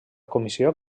comissió